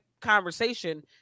conversation